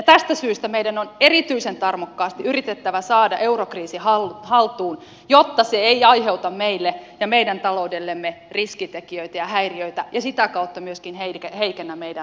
tästä syystä meidän on erityisen tarmokkaasti yritettävä saada eurokriisi haltuun jotta se ei aiheuta meille ja meidän taloudellemme riskitekijöitä ja häiriöitä ja sitä kautta myöskään heikennä meidän luottoluokitustamme